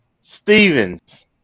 Stevens